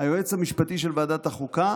היועץ המשפטי של ועדת החוקה